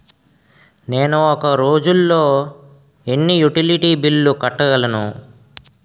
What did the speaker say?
నేను ఒక రోజుల్లో ఎన్ని యుటిలిటీ బిల్లు కట్టగలను?